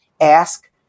Ask